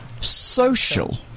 social